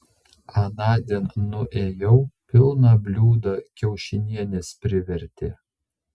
anądien nuėjau pilną bliūdą kiaušinienės privertė